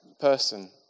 person